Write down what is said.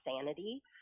sanity